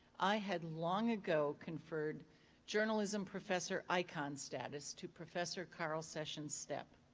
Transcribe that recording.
i had long ago conferred journalism professor icon status to professor carl sessions stepp.